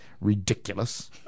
ridiculous